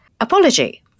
apology